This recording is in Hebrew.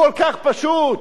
כל כך פשוט,